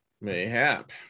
mayhap